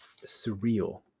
surreal